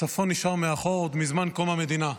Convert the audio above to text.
הצפון נשאר מאחור עוד מזמן קום המדינה.